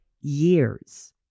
years